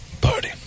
Party